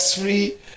free